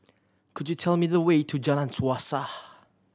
could you tell me the way to Jalan Suasa